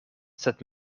sed